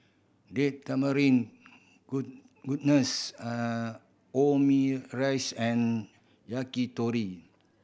Date Tamarind Omurice and Yakitori